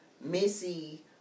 Missy